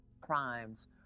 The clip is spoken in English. crimes